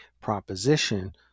proposition